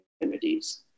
communities